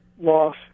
loss